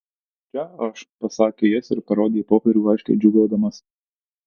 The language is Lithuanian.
čia aš pasakė jis ir parodė į popierių aiškiai džiūgaudamas